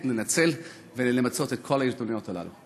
שינצלו וימצו את כל ההזדמנויות האלה.